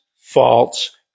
false